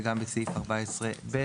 וגם בסעיף 14(ב).